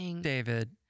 David